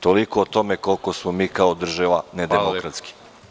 Toliko o tome koliko smo mi kao država nedemokratski.